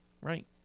right